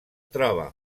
troba